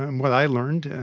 and what i learned,